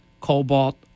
cobalt